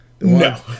No